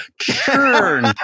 churn